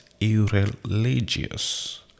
irreligious